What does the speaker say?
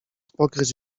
pokryć